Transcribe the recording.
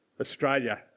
Australia